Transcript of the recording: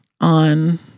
on